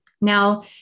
Now